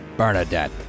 Bernadette